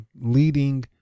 leading